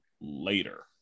later